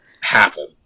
happen